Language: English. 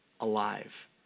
alive